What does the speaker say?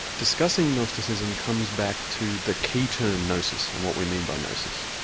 discussing gnosticism comes back to the key term gnosis and what we mean by gnosis.